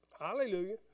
Hallelujah